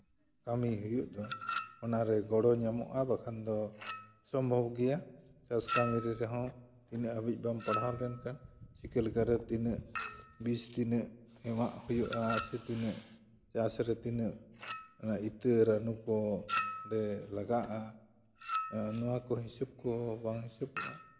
ᱠᱟᱹᱢᱤ ᱦᱩᱭᱩᱜ ᱫᱚ ᱚᱱᱟ ᱨᱮ ᱜᱚᱲᱚ ᱧᱟᱢᱚᱜᱼᱟ ᱵᱟᱝᱠᱷᱟᱱ ᱫᱚ ᱥᱚᱢᱵᱷᱚᱵ ᱜᱮᱭᱟ ᱪᱟᱥ ᱠᱟᱹᱢᱤ ᱨᱮᱦᱚᱸ ᱤᱱᱟᱹ ᱦᱟᱹᱵᱤᱡ ᱵᱟᱢ ᱯᱟᱲᱦᱟᱣ ᱞᱮᱱᱠᱷᱟᱱ ᱪᱤᱠᱟᱹᱞᱮᱠᱟᱨᱮ ᱛᱤᱱᱟᱹᱜ ᱵᱤᱥ ᱛᱤᱱᱟᱹᱜ ᱮᱢᱟᱜ ᱦᱩᱭᱩᱜᱼᱟ ᱥᱮ ᱛᱤᱱᱟᱹᱜ ᱪᱟᱥ ᱨᱮ ᱛᱤᱱᱟᱹᱜ ᱚᱱᱟ ᱤᱛᱟᱹ ᱨᱟᱱᱩ ᱠᱚ ᱚᱸᱰᱮ ᱞᱟᱜᱟᱜᱼᱟ ᱱᱚᱣᱟ ᱠᱚ ᱦᱤᱸᱥᱟᱹᱵ ᱠᱚ ᱵᱟᱝ ᱦᱤᱸᱥᱟᱹᱵ ᱠᱚ ᱵᱟᱝ ᱦᱤᱸᱥᱟᱹᱵᱚᱜᱼᱟ